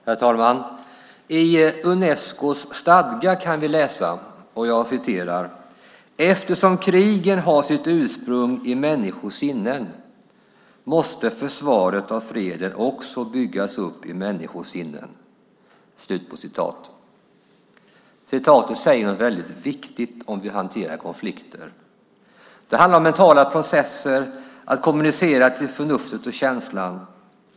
Herr talman! I Unescos stadgar kan vi läsa: "Eftersom krigen har sitt ursprung i människornas sinnen, måste försvaret av freden också byggas upp i människornas sinnen." Citatet säger något väldigt viktigt om hur vi hanterar konflikter. Det handlar om mentala processer, om att kommunicera till förnuftet och känslan.